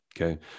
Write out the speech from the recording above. Okay